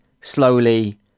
slowly